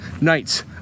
nights